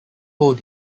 hold